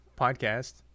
podcast